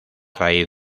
raíz